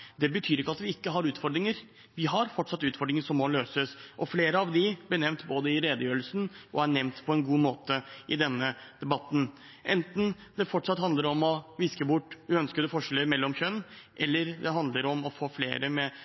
Det betyr ikke at vi ikke har utfordringer. Vi har fortsatt utfordringer som må løses, og flere av dem ble nevnt i redegjørelsen. Flere er også nevnt på en god måte i denne debatten – enten det fortsatt handler om å viske bort uønskede forskjeller mellom kjønn, eller det handler om å få flere med